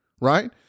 right